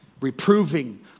reproving